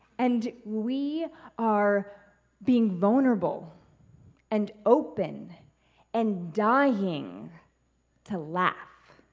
and we are being vulnerable and open and dying to laugh.